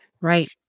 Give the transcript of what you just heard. Right